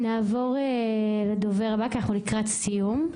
נעבור לדובר הבא כי אנחנו לקראת סיום.